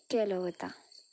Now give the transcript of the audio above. केलो वता